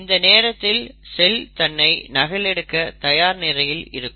இந்த நேரத்தில் செல் தன்னை நகல் எடுக்க தயார் நிலையில் இருக்கும்